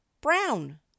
brown